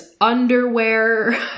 underwear